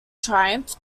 triumph